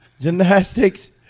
Gymnastics